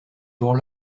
jour